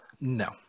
No